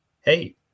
Hey